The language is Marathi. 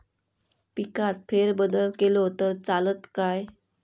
पिकात फेरबदल केलो तर चालत काय?